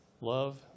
Love